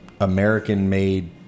American-made